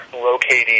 locating